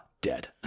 dead